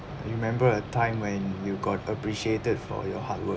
you remember a time when you've got appreciated for your hard work